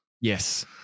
Yes